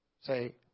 Say